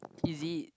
is it